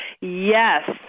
yes